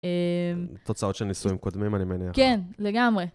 תוצאות של ניסויים קודמים, אני מניח. כן, לגמרי.